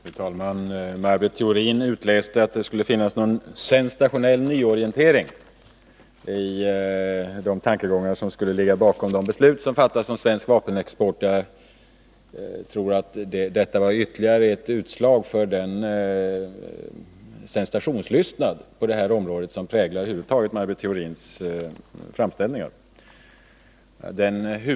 Fru talman! Maj Britt Theorin utläste att det skulle finnas någon sensationell nyorientering i de tankegångar som ligger bakom de beslut som fattades om svensk vapenexport. Jag tror att det var ytterligare ett utslag för den sensationslystnad på detta område som präglar Maj Britt Theorins framställningar över huvud taget.